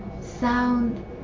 Sound